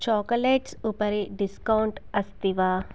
chocolates उपरि discount अस्ति वा